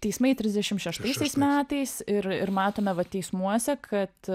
teismai trisdešim šeštaisiais metais ir ir matome va teismuose kad